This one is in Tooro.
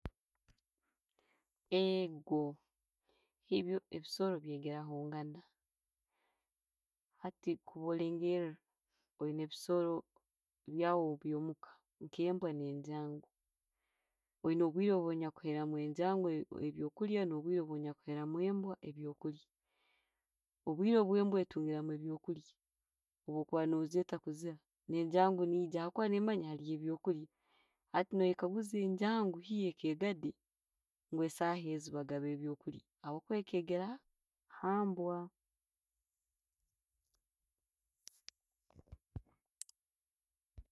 Eeeego, ebyo ebisoro byegerahangana hati kuba lengeera oyina ebisoro byaawe byo' muka n'kembwa ne'njango oyine obwiire obunyakuheraho e'njango ebyokulya no'bwiire obunyakuheraho embwa ebyokulya. Obwire bwembwa entungiramu eby'kulya bw'kubba no'zetta kuziha, enjangu neija ha'bwokuba nemanya haliiyo ebyokulya. Hati, no, wekaguuza enjango yo ekegadi ngu'esaha ezo bagaaba eby'okulya habwokuba ekegeera hambwa.-